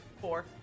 Four